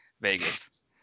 Vegas